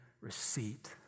receipt